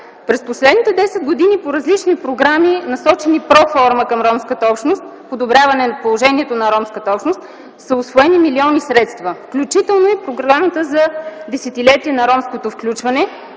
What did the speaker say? През последните десет години по различни програми, насочени проформа към ромската общност, подобряване положението на ромската общност, са усвоени милиони средства, включително и в програмата за десетилетие на ромското включване,